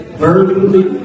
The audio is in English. verbally